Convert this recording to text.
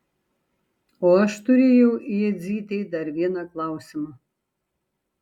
o aš turėjau jadzytei dar vieną klausimą